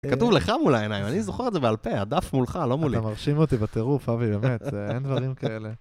כתוב לך מול העיניים, אני זוכר את זה בעל פה, הדף מולך, לא מולי. אתה מרשים אותי בטירוף, אבי, באמת, אין דברים כאלה.